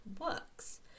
works